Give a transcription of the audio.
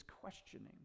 questioning